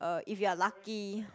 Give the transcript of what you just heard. um if you are lucky